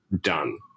done